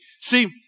See